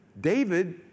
David